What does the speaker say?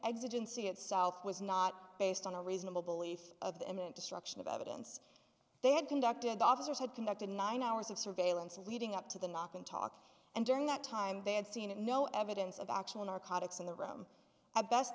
c itself was not based on a reasonable belief of the imminent destruction of evidence they had conducted officers had conducted nine hours of surveillance leading up to the knock and talk and during that time they had seen no evidence of actual narcotics in the room at best